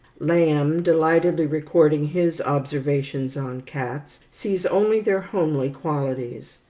lamb, delightedly recording his observations on cats, sees only their homely qualities.